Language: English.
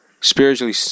Spiritually